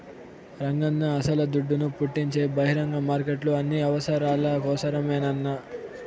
రంగన్నా అస్సల దుడ్డును పుట్టించే బహిరంగ మార్కెట్లు అన్ని అవసరాల కోసరమేనన్నా